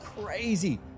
crazy